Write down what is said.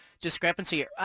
discrepancy